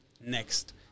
next